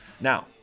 Now